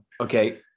Okay